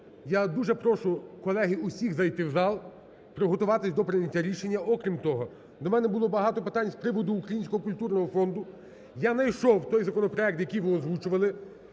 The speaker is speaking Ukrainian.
Я дуже прошу, колеги, усіх зайти в зал, приготуватись до прийняття рішення. Окрім того, до мене було багато питань з приводу Українського культурного фонду. Я найшов той законопроект, який ви озвучували,